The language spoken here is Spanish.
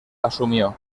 asumió